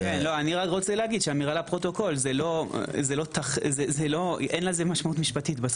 אמירה לפרוטוקול אין לזה משמעות משפטית.